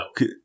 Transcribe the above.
no